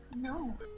No